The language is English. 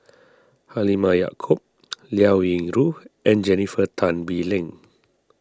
Halimah Yacob Liao Yingru and Jennifer Tan Bee Leng